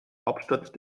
hauptstadt